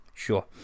sure